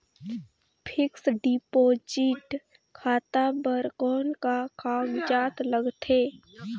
Fixed deposit खाता बर कौन का कागजात लगथे?